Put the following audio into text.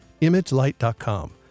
imagelight.com